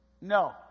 no